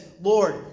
Lord